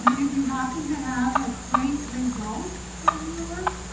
if you happen to have a great result from your work,